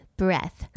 breath